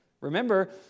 Remember